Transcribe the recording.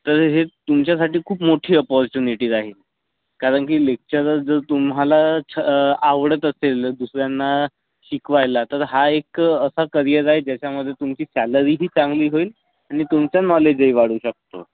तर हे तुमच्यासाठी खूप मोठी अपॉर्च्युनिटी राहील कारण की लेक्चरर जर तुम्हाला छ आवडत असेल दुसऱ्यांना शिकवायला तर हा एक असा करिअर आहे ज्याच्यामध्ये तुमची सॅलरीही चांगली होईल आणि तुमच्या नॉलेजही वाढू शकतो